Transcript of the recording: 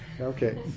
Okay